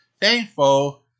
Thankful